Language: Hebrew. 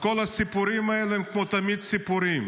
אז כל הסיפורים האלה הם, כמו תמיד, סיפורים.